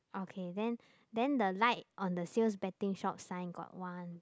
okay then then the light on the sales betting shop sign got one